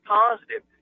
positive